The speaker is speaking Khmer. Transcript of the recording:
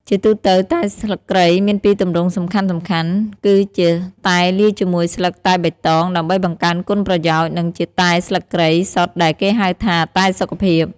ជាទូទៅ តែស្លឹកគ្រៃមានពីរទម្រង់សំខាន់ៗ គឺជាតែលាយជាមួយស្លឹកតែបៃតងដើម្បីបង្កើនគុណប្រយោជន៍ និងជាតែស្លឹកគ្រៃសុទ្ធដែលគេហៅថា តែសុខភាព។